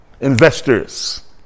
investors